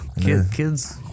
Kids